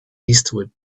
eastward